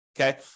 okay